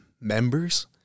members